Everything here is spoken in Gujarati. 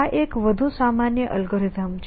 આ એક વધુ સામાન્ય એલ્ગોરિધમ છે